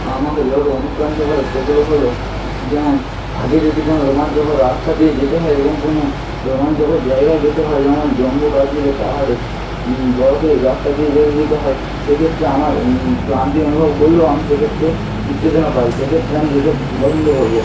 আমাকে যেভাবে অনুপ্রাণিত করে সেগুলো হলো যেমন আগে যদি কোনো রোমাঞ্চকর রাস্তা দিয়ে যেতে হয় এবং কোনো রোমাঞ্চকর জায়গায় যেতে হয় যেমন জম্মু কাশ্মীরের পাহাড়ে বরফের রাস্তা দিয়ে যদি যেতে হয় সেক্ষেত্রে আমার ক্লান্তি অনুভব করলেও আমি সেক্ষেত্র উত্তেজনা পাই সেই ক্ষেত্রে আমি যেতে পছন্দ করবো